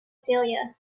celia